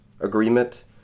agreement